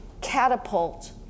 catapult